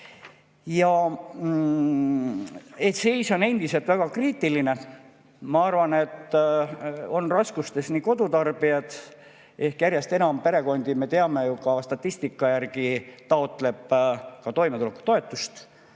laiendataks. Seis on endiselt väga kriitiline. Ma arvan, et raskustes on kodutarbijad – järjest enam perekondi, me teame ju ka statistika järgi, taotleb ka toimetulekutoetust,